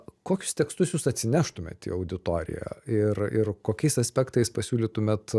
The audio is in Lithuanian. kokius tekstus jūs atsineštumėt į auditoriją ir ir kokiais aspektais pasiūlytumėt